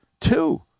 Two